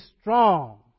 strong